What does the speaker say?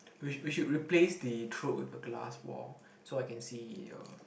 we should we should replace the throat with the glass wall so I can see your